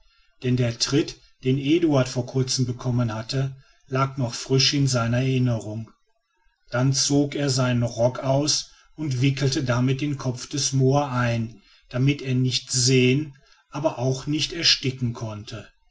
denn der tritt den eduard vor kurzen bekommen hatte lag noch frisch in seiner erinnerung dann zog er seinen rock aus und wickelte damit den kopf des moa ein damit er nicht sehen aber auch nicht ersticken konnte